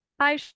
Hi